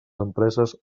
empreses